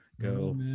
Go